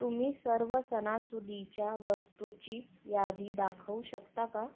तुम्ही सर्व सणासुदीच्या वस्तूची यादी दाखवू शकता का